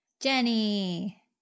Jenny